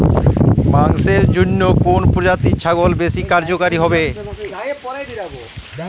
মাংসের জন্য কোন প্রজাতির ছাগল বেশি কার্যকরী হবে?